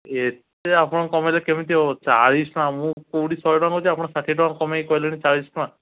ଏତେ ଆପଣ କମାଇଲେ କେମିତି ହେବ ଚାଳିଶ ଟଙ୍କା ମୁଁ କେଉଁଠି ଶହେ ଟଙ୍କା ନେଉଛି ଆପଣ ଆପଣ ଷାଠିଏ ଟଙ୍କା କମାଇକି କହିଲେଣି ଚାଳିଶ ଟଙ୍କା